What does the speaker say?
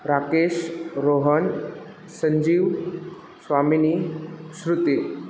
Rakesh Rohan Sanjeev Swamini Shruti